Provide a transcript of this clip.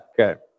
Okay